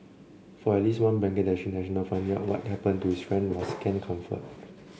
for at least one Bangladeshi national finding out what happened to his friend was scant comfort